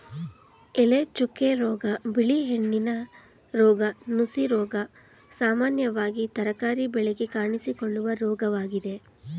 ಎಲೆಚುಕ್ಕೆ ರೋಗ, ಬಿಳಿ ಹೆಣ್ಣಿನ ರೋಗ, ನುಸಿರೋಗ ಸಾಮಾನ್ಯವಾಗಿ ತರಕಾರಿ ಬೆಳೆಗೆ ಕಾಣಿಸಿಕೊಳ್ಳುವ ರೋಗವಾಗಿದೆ